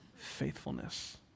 faithfulness